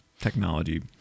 technology